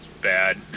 bad